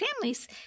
families